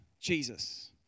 Jesus